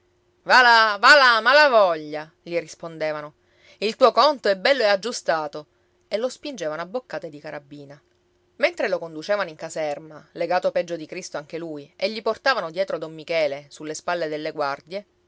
va là va là malavoglia gli rispondevano il tuo conto è bello e aggiustato e lo spingevano a boccate di carabina mentre lo conducevano in caserma legato peggio di cristo anche lui e gli portavano dietro don michele sulle spalle delle guardie